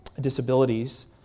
disabilities